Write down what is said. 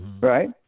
right